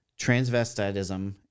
Transvestitism